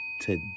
today